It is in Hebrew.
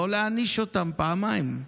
לא להעניש אותם פעמיים.